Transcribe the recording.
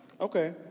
Okay